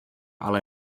ale